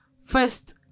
First